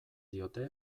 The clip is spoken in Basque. diote